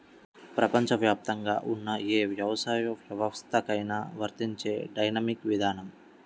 ప్రపంచవ్యాప్తంగా ఉన్న ఏ వ్యవసాయ వ్యవస్థకైనా వర్తించే డైనమిక్ విధానం